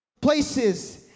Places